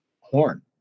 horn